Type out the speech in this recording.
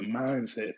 mindset